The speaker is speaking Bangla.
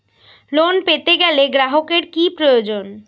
লোন পেতে গেলে গ্রাহকের কি প্রয়োজন?